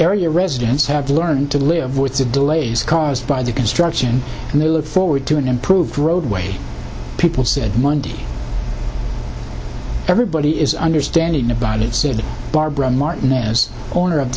area residents have learned to live with the delays caused by the construction and they look forward to an improved roadway people said monday everybody is understanding about it said barbara martin as owner of